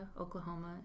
Oklahoma